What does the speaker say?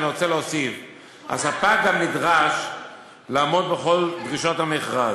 אני רוצה להוסיף שהספק גם נדרש לעמוד בכל דרישות המכרז.